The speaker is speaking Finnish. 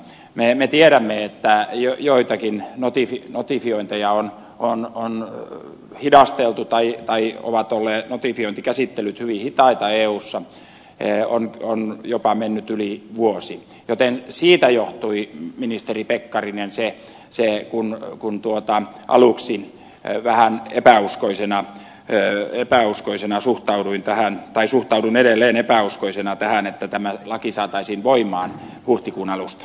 me tiedämme että joitakin notifiointeja on hidasteltu tai notifiointikäsittelyt ovat olleet hyvin hitaita eussa on jopa mennyt yli vuosi joten siitä johtuu ministeri pekkarinen se kun tuetaan aluksi vähän epäuskoisina ja epäuskoisena suhtauduin vähän tai suhtaudun edelleen epäuskoisena tähän että tämä laki saataisiin voimaan huhtikuun alusta